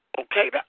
Okay